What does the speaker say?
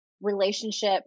relationship